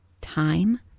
time